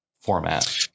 format